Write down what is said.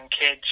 kids